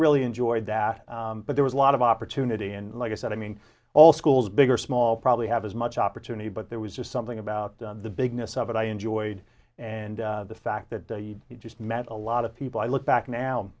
really enjoyed that but there was a lot of opportunity and like i said i mean all schools big or small probably have as much opportunity but there was just something about the bigness of it i enjoyed and the fact that you just met a lot of people i look back now